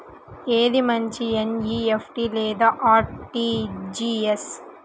ఏది మంచి ఎన్.ఈ.ఎఫ్.టీ లేదా అర్.టీ.జీ.ఎస్?